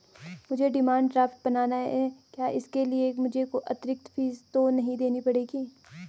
मुझे demand draft बनाना है क्या इसके लिए मुझे अतिरिक्त फीस तो नहीं देनी पड़ेगी?